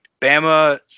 Bama